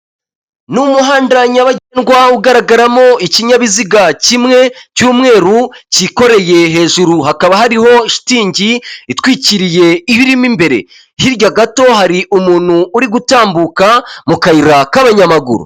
Ni umuhanda nyabagendwa ugaragaramo ikinyabiziga kimwe cy'umweru cyikoreye, hejuru hakaba hariho shitingi itwikiriye ibirimo imbere, hirya gato hari umuntu uri gutambuka mu kayira k'abanyamaguru.